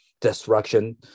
Destruction